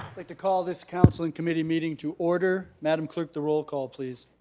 like to call this council and committee meeting to order. madam clerk, the roll call please.